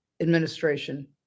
administration